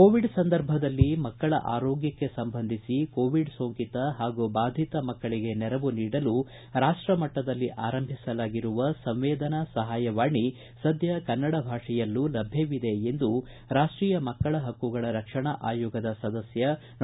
Covid ಸಂದರ್ಭದಲ್ಲಿ ಮಕ್ಕಳ ಆರೋಗ್ಬಕ್ಕೆ ಸಂಬಂಧಿಸಿ ಕೋವಿಡ್ ಸೋಂಕಿತ ಹಾಗೂ ಬಾಧಿತ ಮಕ್ಕಳಿಗೆ ನೆರವು ನೀಡಲು ರಾಷ್ಟ ಮಟ್ಟದಲ್ಲಿ ಆರಂಭಿಸಲಾದ ಸಂವೇದನಾ ಸಹಾಯವಾಣಿ ಸದ್ಯ ಕನ್ನಡ ಭಾಷೆಯಲ್ಲೂ ಲಭ್ಯವಿದೆ ಎಂದು ರಾಷ್ಟೀಯ ಮಕ್ಕಳ ಹಕ್ಕುಗಳ ರಕ್ಷಣಾ ಆಯೋಗದ ಸದಸ್ಯ ಡಾ